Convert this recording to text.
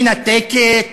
מנתקת,